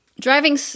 driving